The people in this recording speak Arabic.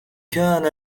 كان